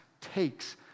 takes